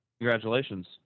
congratulations